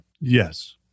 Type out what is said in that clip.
Yes